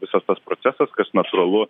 visas tas procesas kas natūralu